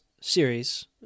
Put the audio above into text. series